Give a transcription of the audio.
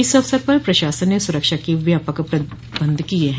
इस अवसर पर प्रशासन ने सुरक्षा के व्यापक प्रबंध किये हैं